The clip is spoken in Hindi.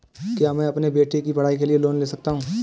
क्या मैं अपने बेटे की पढ़ाई के लिए लोंन ले सकता हूं?